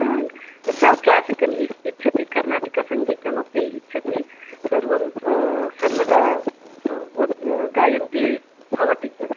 ह सा क्लासिकल् इच्छति कर्नाटकसङ्गीतमपि इच्छति सर्वं सर्वदा व गायति भवती